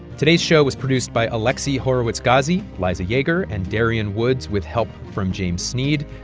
today's show was produced by alexi horowitz-ghazi, liza yeager and darian woods, with help from james sneed.